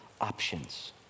options